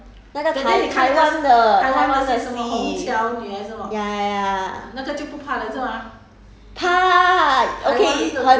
没有那时我们我们看的是什么 ah err 那个 tai~ taiwan 的 taiwan 的戏 ya ya